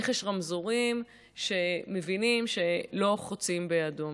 איך יש רמזורים שמבינים שלא חוצים באדום,